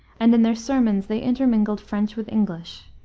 and in their sermons they intermingled french with english.